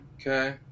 Okay